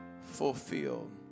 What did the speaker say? fulfilled